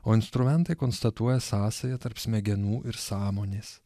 o instrumentai konstatuoja sąsają tarp smegenų ir sąmonės